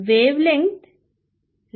wave length λhp